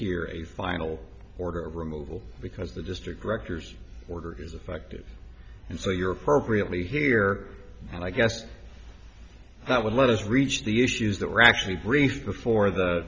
here a final order removal because the district directors order is affected and so you're appropriately here and i guess that would let us reach the issues that were actually briefed before the